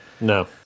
No